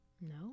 no